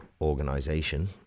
organization